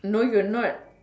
no you're not